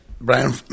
Brian